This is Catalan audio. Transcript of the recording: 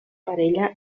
parella